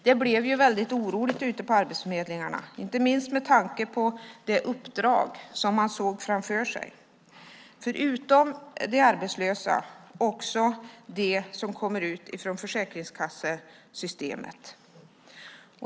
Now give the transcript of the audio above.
Det blev ju väldigt oroligt ute på arbetsförmedlingarna, inte minst med tanke på det uppdrag som man såg framför sig. Förutom de arbetslösa gäller det också dem som kommer ut från försäkringskassesystemet.